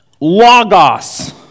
logos